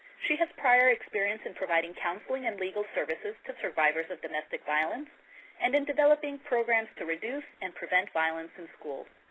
she has prior experience in providing counseling and legal services to survivors of domestic violence and in developing programs to reduce and prevent violence in schools.